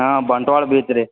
ಹಾಂ ಬಂಟ್ವಾಳ ಬೀಚ್ ರೀ